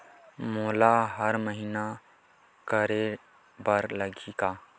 मोला हर महीना करे बर लगही का?